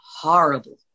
horrible